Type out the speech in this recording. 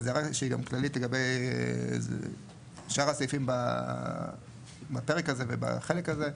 אבל זו הערה שהיא גם כללית לגבי שאר הסעיפים בפרק הזה ובחלק הזה.